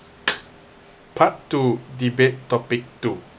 part two debate topic two